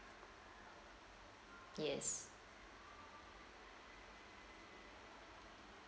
yes